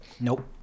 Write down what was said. Nope